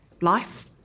life